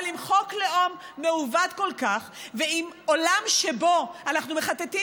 אבל עם חוק לאום מעוות כל כך ועם עולם שבו אנחנו מחטטים